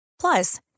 Plus